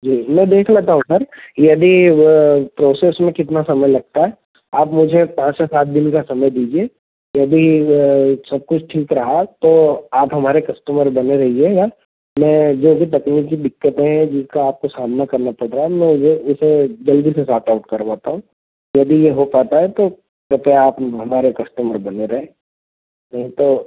जी मैं देख लेता हूँ सर यानि वह प्रोसेस में कितना समय लगता है आप मुझे पाँच से सात दिन का समय दीजिए यदि सब कुछ ठीक रहा तो आप हमारे कस्टमर बने रहिएगा मैं जो भी तकनीकी दिक्कतें हैं जिसका आपको सामना करना पड़ रहा है मैं यह उसे जल्दी से सॉट आउट करवाता हूँ यदि यह हो पाता है तो कृपया आप हमारे कस्टमर बने रहें नहीं तो